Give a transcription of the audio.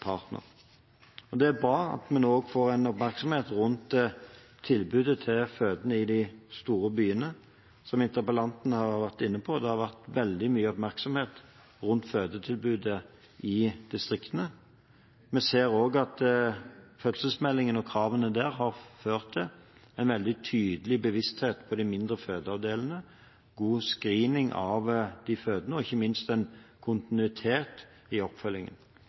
hennes partner. Det er bra at vi nå får oppmerksomhet rundt tilbudet til fødende i de store byene. Som interpellanten var inne på, har det vært veldig mye oppmerksomhet rundt fødetilbudet i distriktene. Vi ser også at fødselsmeldingen og kravene der har ført til en veldig tydelig bevissthet på de mindre fødeavdelingene, god screening av de fødende og ikke minst en kontinuitet i